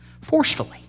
forcefully